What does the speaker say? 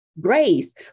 Grace